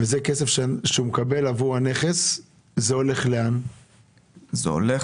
הכסף שהוא מקבל עבור הנכס, לאן הוא הולך?